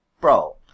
Bro